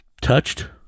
touched